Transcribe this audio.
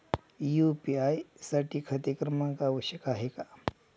UPI साठी खाते क्रमांक आवश्यक आहे का?